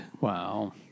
Wow